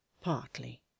Partly